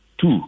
Two